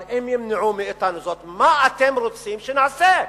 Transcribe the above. אבל אם ימנעו מאתנו זאת, מה אתם רוצים שנעשה?